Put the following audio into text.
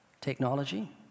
technology